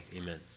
amen